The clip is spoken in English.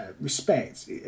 respect